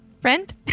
Friend